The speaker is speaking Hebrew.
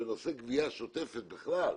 בנושא גבייה שוטפת בכלל,